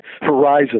horizon